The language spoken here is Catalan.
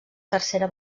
tercera